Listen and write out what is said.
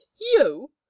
You